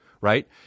Right